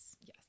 Yes